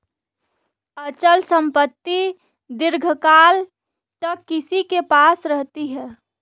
अचल संपत्ति दीर्घकाल तक किसी के पास रहती है